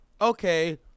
Okay